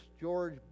george